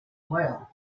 well